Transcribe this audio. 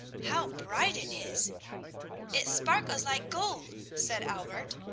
how bright it is it sparkles like gold said albert.